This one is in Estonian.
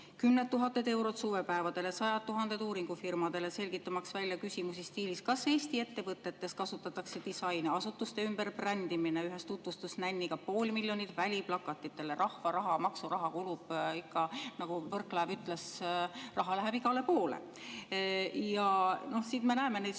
kümned tuhanded eurod suvepäevadele, sajad tuhanded uuringufirmadele, selgitamaks välja küsimusi stiilis, kas Eesti ettevõtetes kasutatakse disaini, asutuste ümberbrändimisele ühes tutvustusnänniga, pool miljonit väliplakatitele. Rahva raha, maksuraha kulub ikka. Nagu Võrklaev ütles: raha läheb igale poole. Ja siin me näeme neid